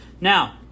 Now